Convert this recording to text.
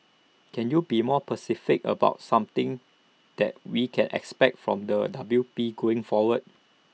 can you be more pecific about something that we can expect from the W P going forward